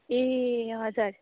ए हजुर